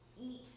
eat